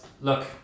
look